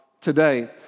today